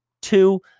Two